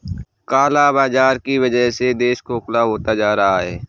काला बाजार की वजह से देश खोखला होता जा रहा है